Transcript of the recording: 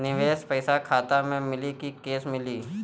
निवेश पइसा खाता में मिली कि कैश मिली?